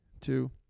two